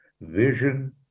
vision